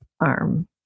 arm